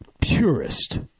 purest